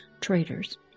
traitors